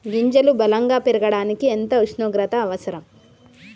గింజలు బలం గా పెరగడానికి ఎంత ఉష్ణోగ్రత అవసరం?